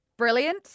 Brilliant